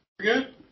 good